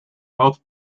both